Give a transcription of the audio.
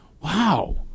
wow